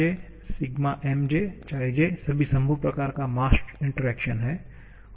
𝛴𝑗𝛿𝑚𝑗𝑗सभी संभव प्रकार का मास इंटरेक्शन हैं